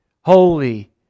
holy